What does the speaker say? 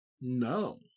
No